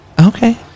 okay